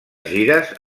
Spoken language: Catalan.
gires